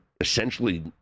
essentially